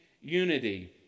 unity